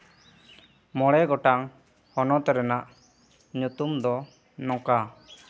ᱢᱚᱬᱮ ᱜᱚᱴᱟᱝ ᱦᱚᱱᱚᱛ ᱨᱮᱱᱟᱜ ᱧᱩᱛᱩᱢ ᱫᱚ ᱱᱚᱝᱠᱟ